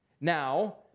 Now